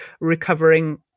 recovering